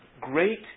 great